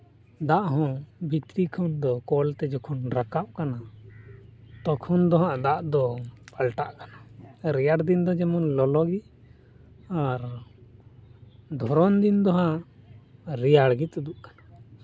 ᱫᱟᱜ ᱦᱚᱸ ᱵᱷᱤᱛᱨᱤ ᱠᱷᱚᱱ ᱫᱚ ᱠᱚᱞ ᱛᱮ ᱡᱚᱠᱷᱚᱱ ᱨᱟᱠᱟᱵ ᱠᱟᱱᱟ ᱛᱚᱠᱷᱚᱱ ᱫᱚᱦᱟᱸᱜ ᱫᱟᱜ ᱫᱚ ᱯᱟᱞᱴᱟᱜ ᱠᱟᱱᱟ ᱨᱮᱭᱟᱲ ᱫᱤᱱ ᱫᱚ ᱡᱮᱢᱚᱱ ᱞᱚᱞᱚ ᱜᱮ ᱟᱨ ᱫᱷᱚᱨᱚᱱ ᱫᱤᱱ ᱫᱚ ᱦᱟᱸᱜ ᱨᱮᱭᱟᱲ ᱜᱮ ᱛᱩᱫᱩᱜ ᱠᱟᱱᱟ